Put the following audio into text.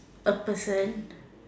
a person